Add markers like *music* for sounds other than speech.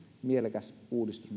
mielekäs uudistus *unintelligible*